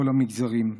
בכל המגזרים.